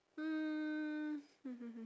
hmm